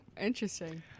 Interesting